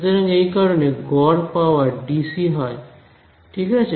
সুতরাং এই কারণে গড় পাওয়ার ডিসি হয় ঠিক আছে